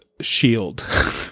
shield